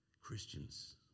Christians